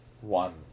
one